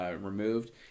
removed